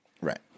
Right